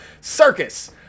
circus